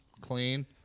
clean